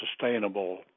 sustainable